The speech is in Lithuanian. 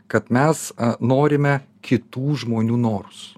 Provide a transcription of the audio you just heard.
kad mes norime kitų žmonių norus